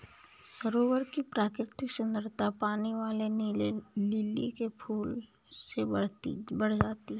सरोवर की प्राकृतिक सुंदरता पानी वाले नीले लिली के फूल से बढ़ जाती है